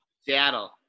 Seattle